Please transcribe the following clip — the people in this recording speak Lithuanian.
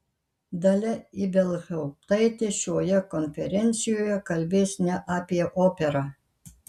dalia ibelhauptaitė šioje konferencijoje kalbės ne apie operą